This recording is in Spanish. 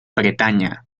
bretaña